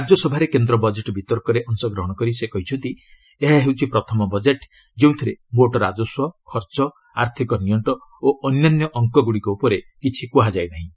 ରାଜ୍ୟସଭାରେ କେନ୍ଦ୍ର ବଜେଟ୍ ବିତର୍କରେ ଅଂଶଗ୍ରହଣ କରି ସେ କହିଛନ୍ତି ଏହା ହେଉଛି ପ୍ରଥମ ବଜେଟ୍ ଯେଉଁଥିରେ ମୋଟ୍ ରାଜସ୍ୱ ଖର୍ଚ୍ଚ ଆର୍ଥିକ ନିଅଣ୍ଟ ଓ ଅନ୍ୟାନ୍ୟ ଅଙ୍କଗୁଡ଼ିକ ଉପରେ କିଛି କୁହାଯାଇ ନାହିଁ